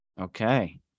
Okay